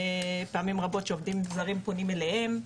פעמים רבות שעובדים זרים פונים אליהם,